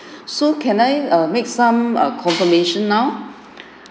so can I make err some err confirmation now